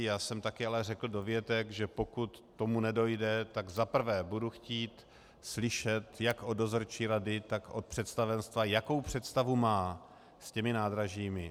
Já jsem ale také řekl dovětek, že pokud k tomu nedojde, tak za prvé budu chtít slyšet jak od dozorčí rady, tak od představenstva, jakou představu mají s těmi nádražími.